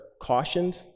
cautioned